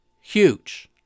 huge